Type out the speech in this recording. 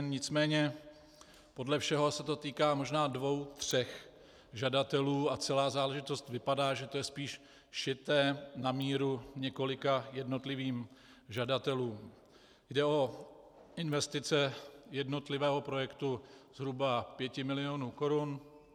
Nicméně podle všeho se to týká možná dvou tří žadatelů a celá záležitost vypadá, že to je spíše šité na míru několika jednotlivým žadatelům Jde o investice jednotlivého projektu zhruba 5 mil. korun.